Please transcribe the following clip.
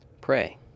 Pray